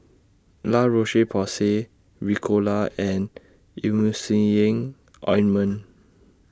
La Roche Porsay Ricola and Emulsying Ointment